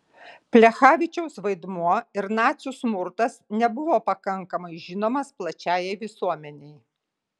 plechavičiaus vaidmuo ir nacių smurtas nebuvo pakankamai žinomas plačiajai visuomenei